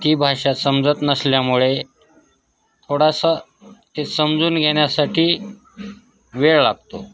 ती भाषा समजत नसल्यामुळे थोडासा ते समजून घेण्यासाठी वेळ लागतो